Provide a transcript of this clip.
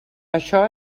això